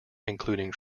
including